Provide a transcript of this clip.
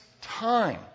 time